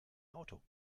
auto